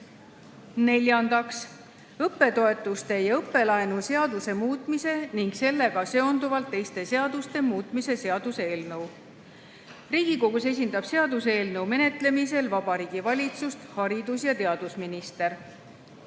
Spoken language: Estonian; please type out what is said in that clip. Neljandaks, õppetoetuste ja õppelaenu seaduse muutmise ning sellega seonduvalt teiste seaduste muutmise seaduse eelnõu. Riigikogus esindab seaduseelnõu menetlemisel Vabariigi Valitsust haridus- ja teadusminister.